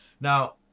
Now